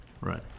Right